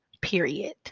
period